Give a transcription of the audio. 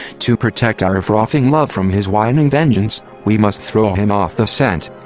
to protect our frothing love from his whining vengeance, we must throw him off the scent!